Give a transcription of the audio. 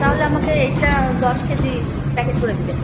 তাহলে আমাকে এইটা দশ কেজি প্যাকেট করে দেবেন